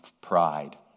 pride